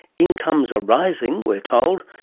incomes are rising, we're told,